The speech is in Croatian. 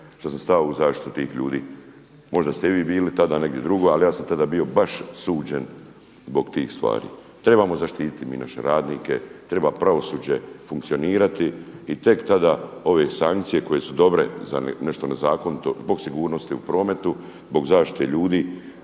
što sam stao u zaštitu tih ljudi. Možda ste i vi bili tada negdje drugo ali ja sam tada bio baš suđen zbog tih stvari. Trebamo zaštiti mi naše radnike, treba pravosuđe funkcionirati i tek tada ove sankcije koje su dobre za nešto nezakonito, zbog sigurnosti u prometu, zbog zaštite ljudi